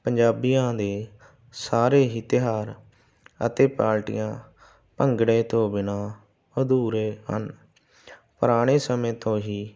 ਪੰਜਾਬੀਆਂ ਦੇ ਸਾਰੇ ਹੀ ਤਿਉਹਾਰ ਅਤੇ ਪਾਰਟੀਆਂ ਭੰਗੜੇ ਤੋਂ ਬਿਨਾਂ ਅਧੂਰੇ ਹਨ ਪੁਰਾਣੇ ਸਮੇਂ ਤੋਂ ਹੀ